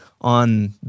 on